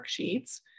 worksheets